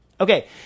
okay